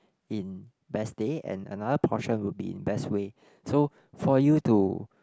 in best day and another portion will be in best way so for you to